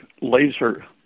laser